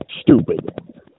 stupid